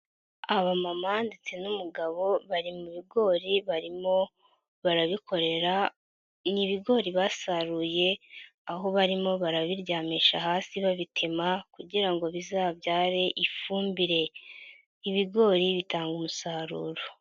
Abamama ndetse n'umugabo bari mu bigori barimo barabikorera, ni ibigori basaruye aho barimo barabiryamisha hasi babitema kugira ngo bizabyare ifumbire, ibigori bitanga umusaruro.